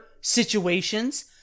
situations